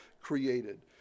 created